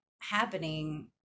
happening